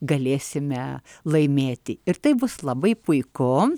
galėsime laimėti ir taip bus labai puiku